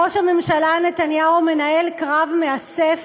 ראש הממשלה נתניהו מנהל קרב מאסף